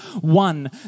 One